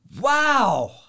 Wow